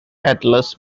atlas